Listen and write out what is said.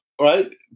right